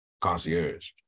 concierge